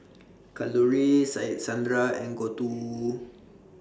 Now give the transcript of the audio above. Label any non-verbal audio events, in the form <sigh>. Kalluri <unintelligible> Sandra and Gouthu